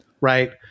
Right